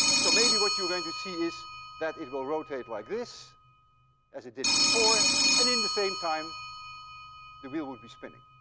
so maybe what you're going to see is that it will rotate like this as it did before and in the same time the wheel will be spinning.